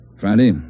Friday